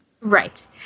Right